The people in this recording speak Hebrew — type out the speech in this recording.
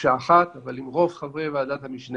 מקשה אחת, אבל אם רוב חברי ועדת השנה